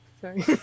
Sorry